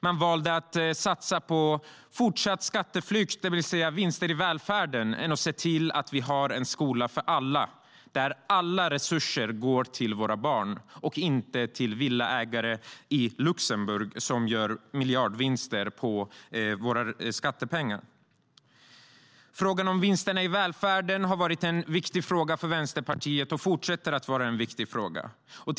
Man valde att satsa på fortsatt skatteflykt, det vill säga vinster i välfärden, i stället för att se till att vi har en skola för alla, där alla resurser går till våra barn och inte till villaägare i Luxemburg som gör miljardvinster på våra skattepengar.Frågan om vinster i välfärden har varit och fortsätter att vara en viktig fråga för Vänsterpartiet.